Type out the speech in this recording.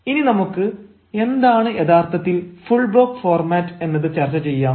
ഇനി നമുക്ക് എന്താണ് യഥാർത്ഥത്തിൽ ഫുൾ ബ്ലോക്ക് ഫോർമാറ്റ് എന്നത് ചർച്ച ചെയ്യാം